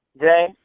Jay